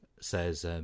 says